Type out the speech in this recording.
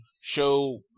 show